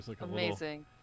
Amazing